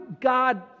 God